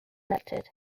elected